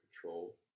control